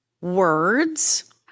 Words